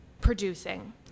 producing